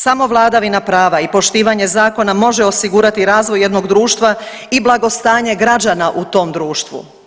Samo vladavina prava i poštivanje zakona može osigurati razvoj jednog društva i blagostanje građana u tom društvu.